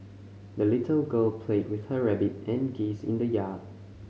the little girl played with her rabbit and geese in the yard